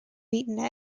beaten